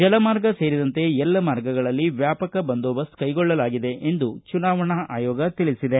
ಜಲಮಾರ್ಗ ಸೇರಿದಂತೆ ಎಲ್ಲ ಮಾರ್ಗಗಳಲ್ಲಿ ವ್ಯಾಪಕ ಬಂದೋಬಸ್ತ್ ಕೈಗೊಳ್ಳಲಾಗಿದೆ ಎಂದು ಚುನಾವಣಾ ಆಯೋಗ ತಿಳಿಸಿದೆ